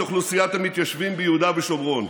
אוכלוסיית המתיישבים ביהודה ושומרון.